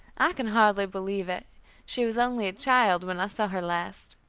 i can hardly believe it she was only a child when i saw her last.